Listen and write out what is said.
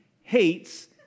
hates